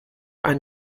ein